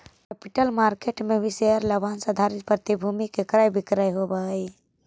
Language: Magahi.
कैपिटल मार्केट में भी शेयर लाभांश आधारित प्रतिभूति के क्रय विक्रय होवऽ हई